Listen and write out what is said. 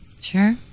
Sure